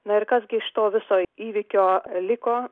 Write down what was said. na ir kas gi iš to viso įvykio liko